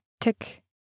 tick